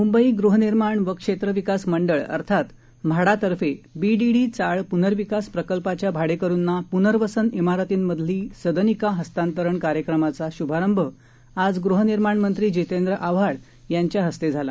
मूंबई गृहनिर्माण व क्षेत्रविकास मंडळ अर्थात म्हाडा तर्फे बीडीडी चाळ प्नर्विकास प्रकल्पाच्या भाडेकरूना प्नर्वसन मारतींमधील सदनिका हस्तांतरण कार्यक्रमाचा शुभारंभ आज गृहनिर्माण मंत्री जितेंद्र आव्हाड यांच्या हस्ते झाला